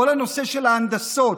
כל הנושא של ההנדסה,